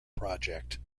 project